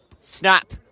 Snap